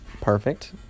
Perfect